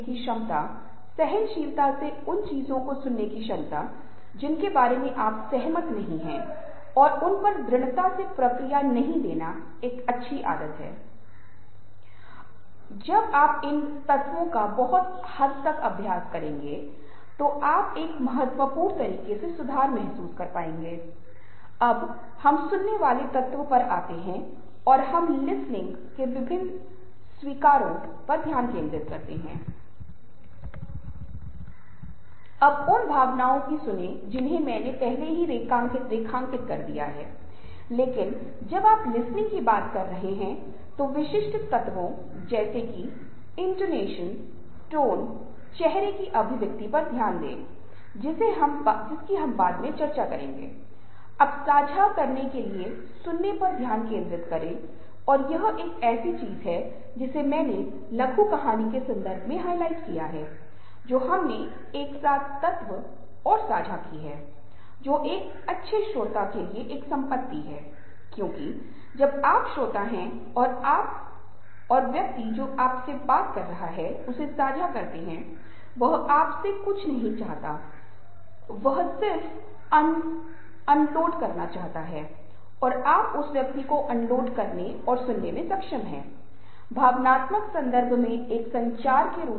वे हमेशा सोचते हैं कि उन्हें ऐसी कोई बात नहीं बोलनी चाहिए जो अनावश्यक रूप से दूसरों के लिए समस्या पैदा करे या दूसरों को गुस्सा दिलाये दूसरों को नाराज करे दूसरों को बुरा महसूस कराये इसलिए ये लोग हमेशा बहुत सतर्क रहते हैं और हमेशा सोचते हैं कि हमें कभी भी कोई समस्या नहीं बनानी चाहिए रिश्ते में अपने संचार व्यवहार के माध्यम से किसी भी समस्या का निर्माण नहीं करना चाहिए क्योंकि ये लोग बहुत संवेदनशील होते हैं और वे वास्तव में बहुत अच्छे श्रोता होते हैं जब भी कोई व्यक्ति बातचीत कर रहा होता है उन्हें वे धीरज से सुनेंगे और न केवल सुनेंगे बल्कि वे कुछ समाधान देने की कोशिश करेंगे वे समस्याओं को दूर करने के तरीकों का पता लगाने की कोशिश करेंगे वे जो भी संभव है मदद करने की कोशिश करेंगे